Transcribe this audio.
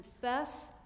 confess